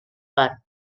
bar